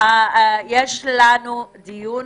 יש לנו דיון